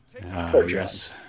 yes